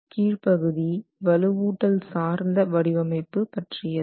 கீழ்ப்பகுதி வலுவூட்டல் சார்ந்த வடிவமைப்பு பற்றியது